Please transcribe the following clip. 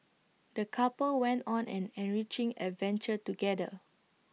the couple went on an enriching adventure together